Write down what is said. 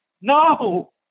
No